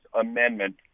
Amendment